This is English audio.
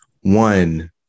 One